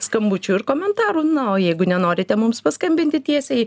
skambučių ir komentarų na o jeigu nenorite mums paskambinti tiesiai